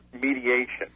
mediation